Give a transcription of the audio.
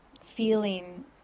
feeling